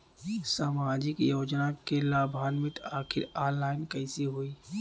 सामाजिक योजना क लाभान्वित खातिर ऑनलाइन कईसे होई?